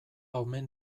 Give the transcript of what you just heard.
omen